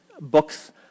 books